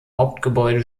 hauptgebäude